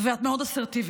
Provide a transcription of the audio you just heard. ואת מאוד אסרטיבית,